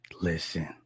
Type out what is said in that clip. Listen